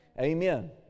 Amen